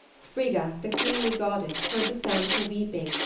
frigga, the queenly goddess, heard the sound of her weeping,